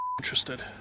interested